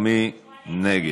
מי נגד?